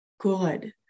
good